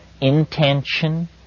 intention